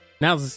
Now